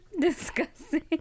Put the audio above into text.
Disgusting